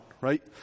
right